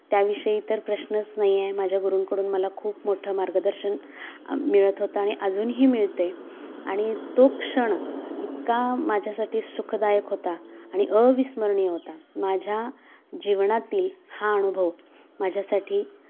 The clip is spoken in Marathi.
त्याविषयी तर प्रश्नच नाही आहे माझ्या गुरुंकडून मला खूप मोठं मार्गदर्शन मिळत होतं आणि अजूनही मिळतं आहे आणि तो क्षण इतका माझ्यासाठी सुखदायक होता आणि अविस्मरणीय होता माझ्या जीवनातील हा अनुभव माझ्यासाठी